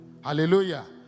hallelujah